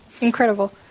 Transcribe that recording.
Incredible